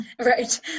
Right